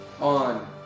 on